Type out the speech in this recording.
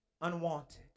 unwanted